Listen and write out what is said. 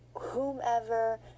whomever